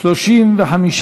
על-תנאי ממאסר (תיקון מס' 14),